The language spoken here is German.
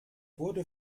wurde